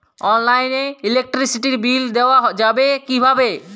অনলাইনে ইলেকট্রিসিটির বিল দেওয়া যাবে কিভাবে?